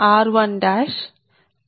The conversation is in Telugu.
సరే